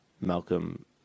Malcolm